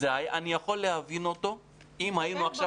אני יכול להבין אותו אם היינו עכשיו